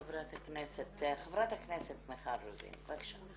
חברת הכנסת מיכל רוזין בבקשה.